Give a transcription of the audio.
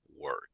work